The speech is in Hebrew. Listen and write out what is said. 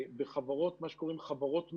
מה שקוראים, בחברות מלאות,